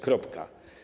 Kropka.